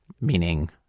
Meaning